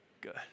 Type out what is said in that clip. Good